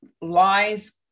lies